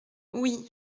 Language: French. oui